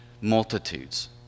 multitudes